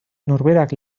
norberak